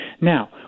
Now